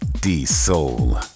D-Soul